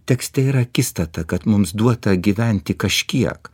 tekste yra akistata kad mums duota gyventi kažkiek